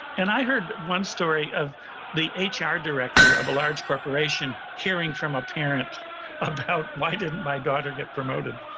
and i heard one story of the ah hr director of a large corporation hearing from a parent about why didn't my daughter get promoted?